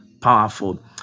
Powerful